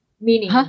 meaning